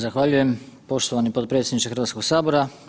Zahvaljujem poštovani potpredsjedniče Hrvatskog sabora.